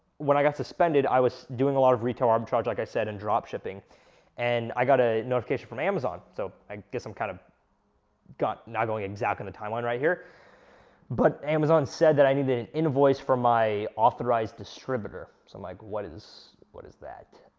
when i got suspended, suspended, i was doing a lot of retail arbitrage like i said, and dropshipping and i got a notification from amazon so, i guess i'm kind of kinda not going exact in the timeline right here but amazon said that i needed an invoice from my authorized distributor so i'm like, what is what is that?